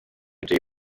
jay